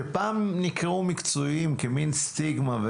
שפעם נקראו מקצועיים כמין סטיגמה,